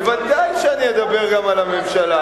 ודאי שאני אדבר גם על הממשלה.